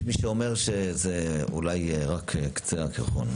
יש מי שאומר שזה אולי רק קצה הקרחון.